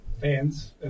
fans